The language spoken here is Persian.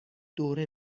دوره